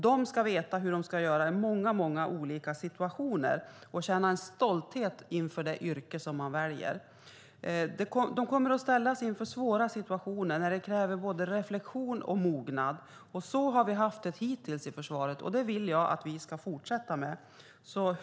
De ska veta hur de ska göra i många olika situationer och känna en stolthet inför det yrke som de väljer. De kommer att ställas inför svåra situationer som kräver både reflexion och mognad. Så har vi haft det hittills i försvaret, och så vill jag att det ska fortsätta.